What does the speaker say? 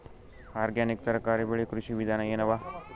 Organic ತರಕಾರಿ ಬೆಳಿ ಕೃಷಿ ವಿಧಾನ ಎನವ?